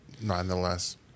nonetheless